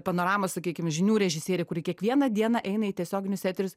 panoramos sakykim žinių režisierė kuri kiekvieną dieną eina į tiesioginius eterius